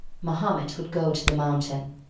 mahomet would go to the mountain.